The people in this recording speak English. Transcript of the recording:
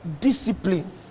discipline